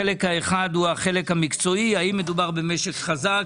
החלק האחד הוא החלק המקצועי - האם מדובר במשק חזק,